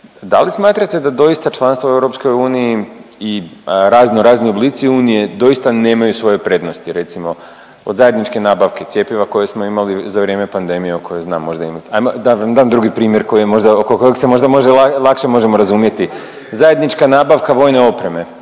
Da li smatrate da doista članstvo u EU i razno razni oblici unije doista nemaju svoje prednosti, recimo od zajedničke nabavke cjepiva koje smo imali za vrijeme pandemije o kojoj znam možda imate, ajmo da vam dam drugi primjer koji je možda, oko kojeg se možda može, lakše možemo razumjeti. Zajednička nabava vojne opreme